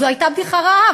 זאת בדיחה רעה.